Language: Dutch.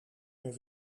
meer